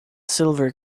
silver